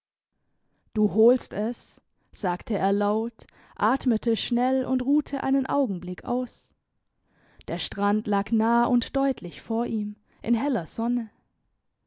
du holst es sagte er laut atmete schnell und ruhte einen augenblick aus der strand lag nah und deutlich vor ihm in heller sonne